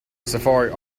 safari